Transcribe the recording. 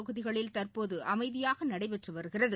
தொகுதிகளில் தற்போதுஅமைதியாகநடைபெற்றுவருகிறது